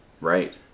right